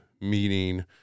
meeting